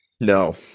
No